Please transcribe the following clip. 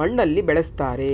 ಮಣ್ಣಲ್ಲಿ ಬೆಳೆಸ್ತಾರೆ